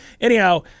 Anyhow